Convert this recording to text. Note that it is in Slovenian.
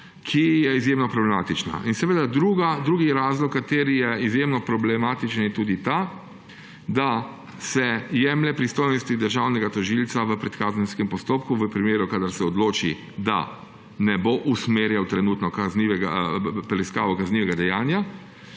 ki je izjemno problematična. Drugi razlog, ki je izjemno problematičen, je tudi ta, da se jemlje pristojnosti državnega tožilca v predkazenskem postopku, v primeru, kadar se odloči, da ne bo usmerjal trenutne preiskave kaznivega dejanja